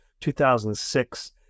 2006